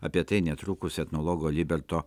apie tai netrukus etnologo liberto